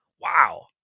wow